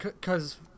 cause